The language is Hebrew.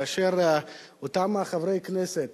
כאשר אותם חברי הכנסת